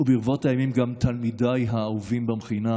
וברבות הימים גם תלמידיי האהובים במכינה.